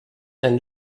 ein